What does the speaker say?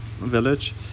village